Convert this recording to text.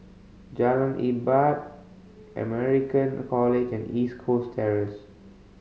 Jalan American College and East Coast Terrace